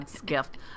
gift